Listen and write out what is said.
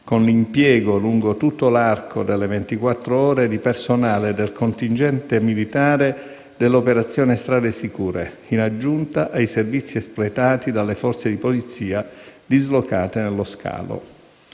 con l'impiego, lungo tutto l'arco delle ventiquattro ore, di personale del contingente militare dell'operazione Strade sicure, in aggiunta ai servizi espletati dalle forze di polizia dislocate nello scalo.